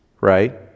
right